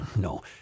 No